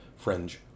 fringe